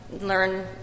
learn